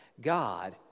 God